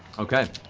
okay.